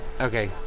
Okay